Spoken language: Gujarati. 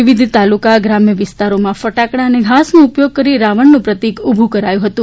વિવિધ તાલુકા ગ્રામ્ વિસ્તારોમાં ફટાકડા અને ઘાસનો ઉપયોગ કરી રાવણનું પ્રતિક ઊભું કરાયું હતું